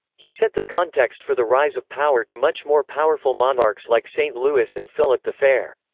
he set the context for the rise of power to much more powerful monarchs like saint louis and philip the fair.